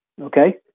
okay